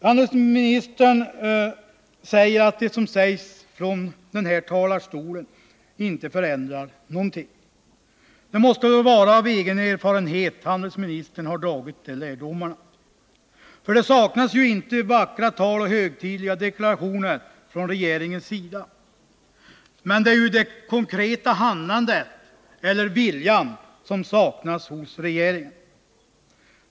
Handelsministern menar att det som sägs från den här talarstolen inte förändrar någonting. Det måste väl vara mot bakgrund av egen erfarenhet som handelsministern har dragit de slutsatserna, för det har ju inte saknats vackert tal och högtidliga deklarationer från regeringen. Men det är det konkreta handlandet och viljan som saknas hos regeringen.